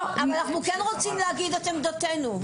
אבל אנחנו כן רוצים להגיד את עמדתנו.